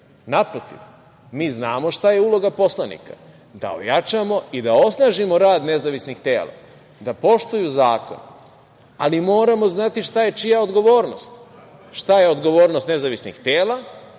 Naprotiv, mi znamo šta je uloga poslanika, da ojačamo i da osnažimo rad nezavisnih tela da poštuju zakon, ali moramo znati šta je čija odgovornost, šta je odgovornost nezavisnih tela,